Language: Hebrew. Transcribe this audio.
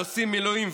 עושים מילואים,